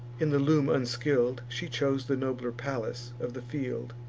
in the loom unskill'd, she chose the nobler pallas of the field.